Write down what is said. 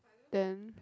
then